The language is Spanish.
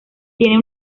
tiene